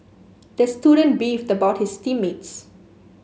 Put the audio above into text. the student beefed about his team mates